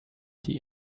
die